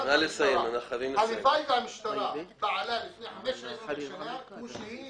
הלוואי והמשטרה פעלה לפני 15 שנים כמו שהיא